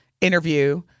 interview